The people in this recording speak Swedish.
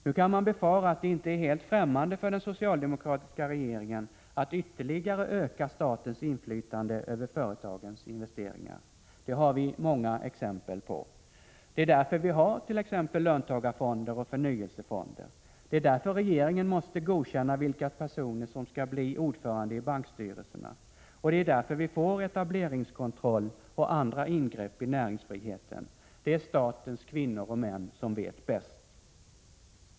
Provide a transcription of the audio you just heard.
Nu kan man befara att det inte är helt ffrämmande för den socialdemokratiska regeringen att ytterligare öka statens inflytande över företagens investeringar. Det har vi många exempel på. Det är därför vi har t.ex. löntagarfonder och förnyelsefonder. Det är därför regeringen måste godkänna vilka personer som skall bli ordförande i bankstyrelserna, och det är därför vi får etableringskontroll och andra ingrepp i näringsfriheten. Det är statens kvinnor och män som vet bäst!